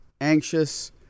anxious